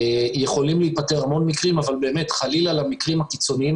יכולים להיפתר המון מקרים אבל באמת חלילה למקרים הקיצוניים